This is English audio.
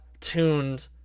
tuned